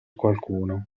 qualcuno